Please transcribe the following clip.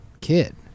kid